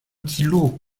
kilo